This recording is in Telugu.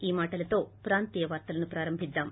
ఈ మాటలతో ప్రాంతీయ వార్తలను ప్రారంభిద్దాం